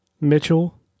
Mitchell